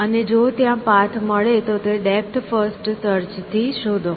અને જો ત્યાં પાથ મળે તો તે ડેપ્થ ફર્સ્ટ સર્ચ થી શોધો